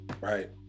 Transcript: Right